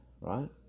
right